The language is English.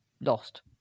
lost